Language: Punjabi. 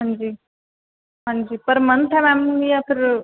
ਹਾਂਜੀ ਹਾਂਜੀ ਪਰ ਮੰਥ ਹੈ ਮੈਮ ਜਾਂ ਫਿਰ